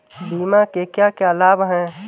बीमा के क्या क्या लाभ हैं?